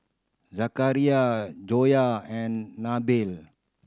Zakaria Joyah and Nabil